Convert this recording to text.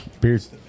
Beer's